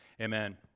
amen